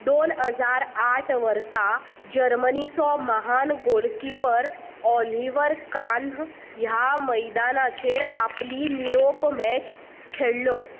दोन हजार आठ वर्सा जर्मनीचो म्हान गोलकीपर ऑलिव्हर कान ह्या मैदानाचेर आपली निरोप मेच खेळ्ळो